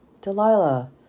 Delilah